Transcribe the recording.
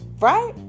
Right